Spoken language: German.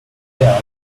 berg